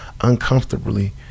uncomfortably